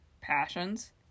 Passions